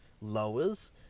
lowers